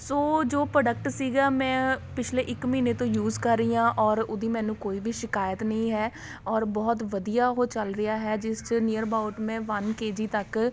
ਸੋ ਜੋ ਪਰੋਡਕਟ ਸੀਗਾ ਮੈਂ ਪਿਛਲੇ ਇੱਕ ਮਹੀਨੇੇ ਤੋਂ ਯੂਸ ਕਰ ਰਹੀ ਹਾਂ ਓਰ ਉਹਦੀ ਮੈਨੂੰ ਕੋਈ ਵੀ ਸ਼ਿਕਾਇਤ ਨਹੀਂ ਹੈ ਓਰ ਬਹੁਤ ਵਧੀਆ ਉਹ ਚੱਲ ਰਿਹਾ ਹੈ ਜਿਸ 'ਚ ਨਿਅਰ ਅਬਾਊਟ ਮੈਂ ਵਨ ਕੇ ਜੀ ਤੱਕ